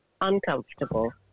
uncomfortable